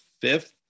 fifth